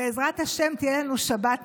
ובעזרת השם תהיה לנו שבת נפלאה.